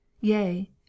yea